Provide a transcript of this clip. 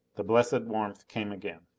the blessed warmth came again.